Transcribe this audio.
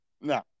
no